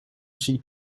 she